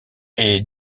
est